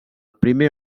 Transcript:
primer